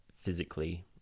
physically